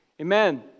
Amen